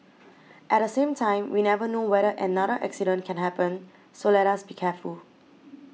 at the same time we never know whether another accident can happen so let us be careful